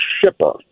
shipper